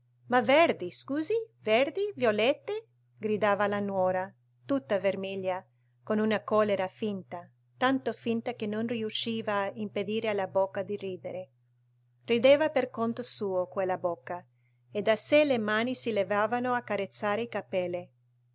ma verdi scusi verdi violette gridava la nuora tutta vermiglia con una collera finta tanto finta che non riusciva a impedire alla bocca di ridere rideva per conto suo quella bocca e da sé le mani si levavano a carezzare i capelli